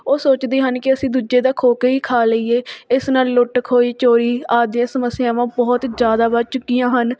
ਉਹ ਸੋਚਦੇ ਹਨ ਕਿ ਅਸੀਂ ਦੂਜੇ ਦਾ ਖੋਹ ਕੇ ਹੀ ਖਾ ਲਈਏ ਇਸ ਨਾਲ ਲੁੱਟ ਖੋਹੀ ਚੋਰੀ ਆਦਿ ਦੀਆਂ ਸਮੱਸਿਆਵਾਂ ਬਹੁਤ ਜ਼ਿਆਦਾ ਵੱਧ ਚੁੱਕੀਆਂ ਹਨ